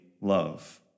love